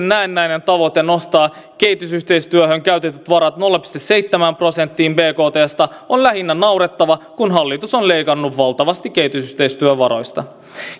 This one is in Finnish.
näennäinen tavoite nostaa kehitysyhteistyöhön käytetyt varat nolla pilkku seitsemään prosenttiin bktstä on lähinnä naurettava kun hallitus on leikannut valtavasti kehitysyhteistyövaroista